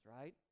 right